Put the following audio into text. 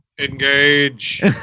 Engage